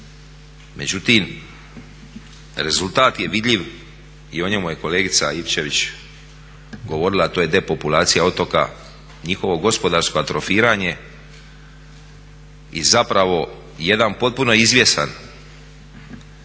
međutim rezultat je vidljiv i o njemu je kolegica Ivčević govorila, to je depopulacija otoka, njihovo gospodarsko atrofiranje i zapravo jedan potpuno izvjestan